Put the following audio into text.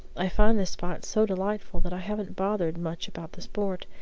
i find the spot so delightful that i haven't bothered much about the sport.